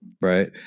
Right